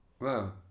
Wow